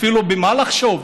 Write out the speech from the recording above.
אפילו במה לחשוב,